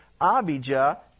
Abijah